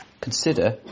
Consider